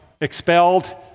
expelled